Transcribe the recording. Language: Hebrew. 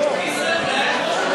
למה?